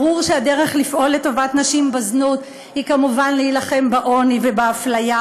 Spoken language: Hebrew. ברור שהדרך לפעול לטובת נשים בזנות היא כמובן להילחם בעוני ובאפליה,